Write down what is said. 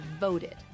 voted